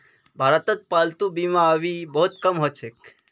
भारतत पालतू बीमा अभी बहुत कम ह छेक